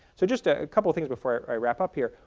so just a couple of things before i wrap up here.